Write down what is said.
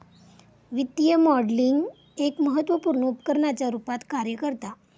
वित्तीय मॉडलिंग एक महत्त्वपुर्ण उपकरणाच्या रुपात कार्य करता